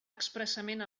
expressament